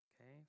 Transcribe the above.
okay